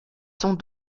sont